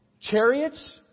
chariots